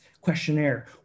questionnaire